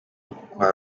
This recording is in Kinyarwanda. kwa